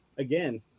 again